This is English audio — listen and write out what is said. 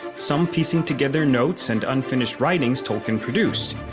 some piecing together notes and unfinished writings tolkien produced.